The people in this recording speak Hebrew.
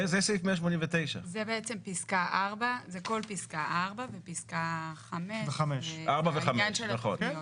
זה סעיף 189. זה כל פסקה 4 ופסקה 5 לעניין של התוכניות.